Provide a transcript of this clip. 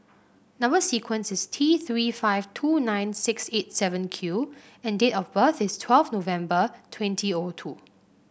number sequence is T Three five two nine six eight seven Q and date of birth is twelfth of November twenty O two